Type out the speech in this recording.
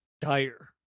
dire